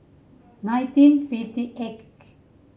nineteen fifty eighth